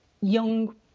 Young